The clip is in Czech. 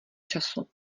času